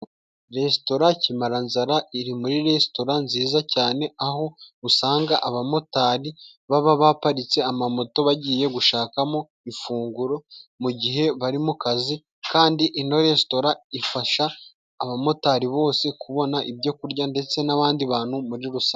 Resitora Kimaranzara, iri muri resitora nziza cyane aho usanga abamotari baba baparitse amamoto bagiye gushakamo ifunguro mu gihe bari mu kazi kandi ino resitora ifasha abamotari bose kubona ibyo kurya ndetse n'abandi bantu muri rusange.